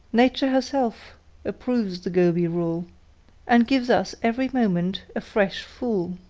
nature herself approves the goby rule and gives us every moment a fresh fool.